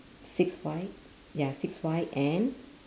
six white ya six white and